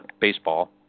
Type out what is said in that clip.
baseball